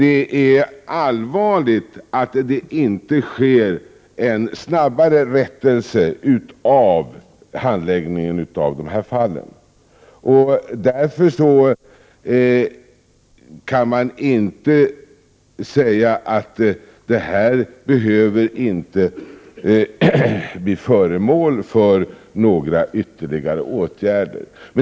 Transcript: Det är allvarligt att det inte sker en snabbare rättelse när det gäller handläggningen av dessa fall. Därför kan man inte säga att detta inte behöver bli föremål för några ytterligare åtgärder.